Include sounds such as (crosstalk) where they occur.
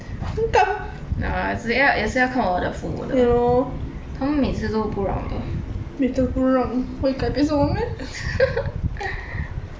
no ah 是要也是要看我的父母的他们每次都不让的 (laughs) 看着办而已